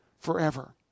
forever